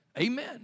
Amen